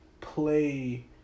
play